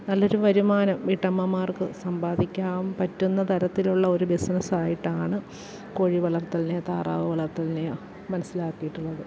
നല്ലൊരു വരുമാനം വീട്ടമ്മമാർക്ക് സമ്പാദിക്കാം പറ്റുന്ന തരത്തിലുള്ള ഒരു ബിസിനസായിട്ടാണ് കോഴി വളർത്തലിനെ താറാവ് വളർത്തലിനെയോ മാനസിലാക്കിയിട്ടുള്ളത്